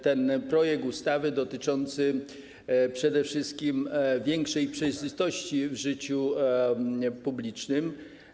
Ten projekt ustawy dotyczy przede wszystkim większej przejrzystości w życiu publicznym.